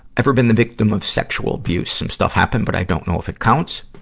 ever been the victim of sexual abuse? some stuff happened, but i don't know if it counts.